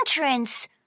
entrance